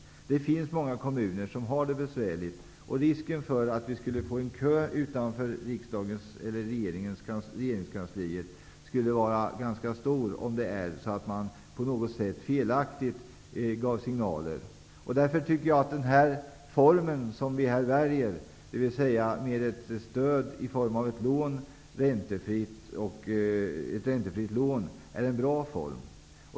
Det finns många kommuner som har det besvärligt, och risken för att vi skulle få en kö utanför regeringskansliet skulle bli ganska stor om man på något sätt gav felaktiga signaler. Därför tycker jag att den form vi väljer, dvs. stöd i form av ett räntefritt lån, är bra.